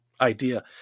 idea